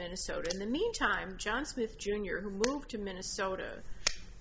minnesota in the meantime john smith jr who moved to minnesota